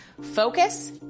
focus